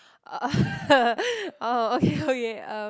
oh okay okay um